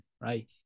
right